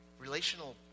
relational